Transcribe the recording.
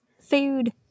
Food